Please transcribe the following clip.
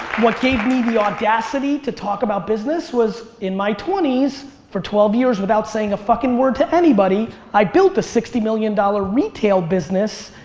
what gave me the audacity to talk about business was in my twenty s, for twelve years without saying a fuckin' word to anybody, i built a sixty million dollars retail business.